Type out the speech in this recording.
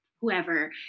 whoever